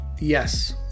Yes